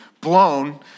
blown